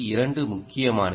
2 முக்கியமானவை